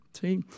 See